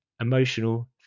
emotional